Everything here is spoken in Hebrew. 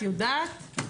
את יודעת?